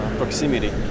proximity